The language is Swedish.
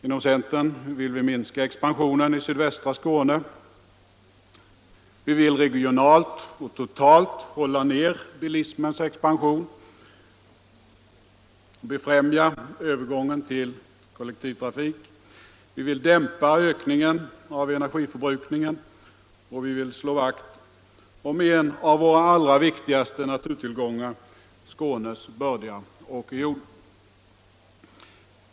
Inom centern vill vi minska expansionen i sydvästra Skåne, vi vill regionalt och totalt hålla ner bilismens expansion och befrämja övergången till kollektivtrafik, vi vill dimpa ökningen av energiförbrukningen och vi vill slå vakt om en av våra allra viktigaste naturtillgångar, Skånes bördiga åkerjord.